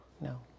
No